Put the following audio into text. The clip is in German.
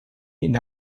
mit